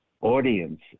audience